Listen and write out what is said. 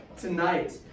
tonight